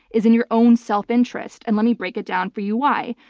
is in your own self-interest. and let me break it down for you why.